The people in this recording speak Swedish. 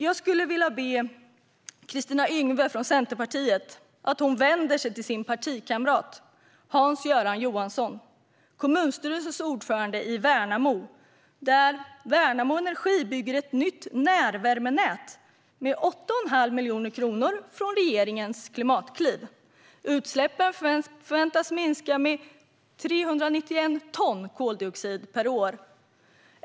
Jag skulle vilja be Kristina Yngwe från Centerpartiet att vända sig till sin partikamrat Hans-Göran Johansson, kommunstyrelsens ordförande i Värnamo, där Värnamo Energi bygger ett nytt närvärmenät, med 8 1⁄2 miljon kronor från regeringens Klimatkliv. Utsläppen förväntas minska med 391 ton koldioxid per år.